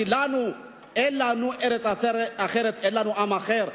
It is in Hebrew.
כי לנו אין ארץ אחרת ואין לנו עם אחר.